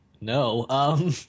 no